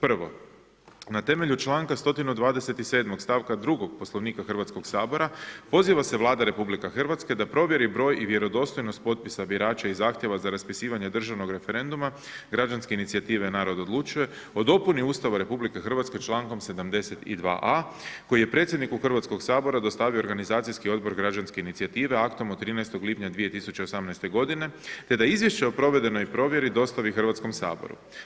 Prvo, na temelju čl. 127. stavka 2. Poslovnika Hrvatskog sabora poziva se Vlada Republike Hrvatske da provjeri broj i vjerodostojnost potpisa birača i zahtjeva za raspisivanje državnog referenduma, građanske inicijative narod odlučuje, o dopuni Ustava RH, člankom 72. a koji je predsjedniku Hrvatskog saboru dostavio organizacijski Odbor građanske inicijative aktom od 13. lipnja 2018. g. te da izvješće o provedenoj provjeri dostavi Hrvatskom saboru.